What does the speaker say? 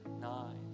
nine